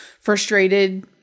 frustrated